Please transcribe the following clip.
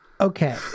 okay